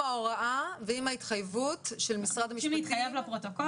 ההוראה ועם ההתחייבות של משרד המשפטים,